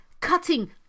cutting